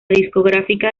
discográfica